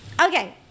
okay